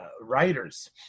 writers